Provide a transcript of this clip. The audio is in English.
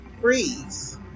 freeze